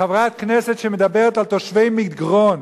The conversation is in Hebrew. חברת כנסת שמדברת על תושבי מגרון